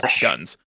guns